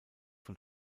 von